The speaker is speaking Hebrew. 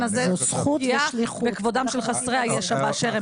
בעניין פגיעה בכבודם של חסרי הישע באשר הם.